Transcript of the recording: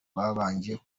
babanje